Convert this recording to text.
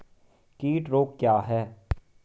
कीट रोग क्या है?